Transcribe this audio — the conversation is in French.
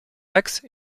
axe